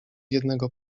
jednego